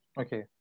Okay